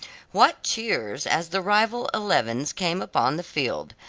what cheers as the rival elevens came upon the field!